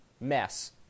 mess